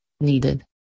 needed